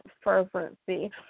fervency